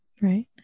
right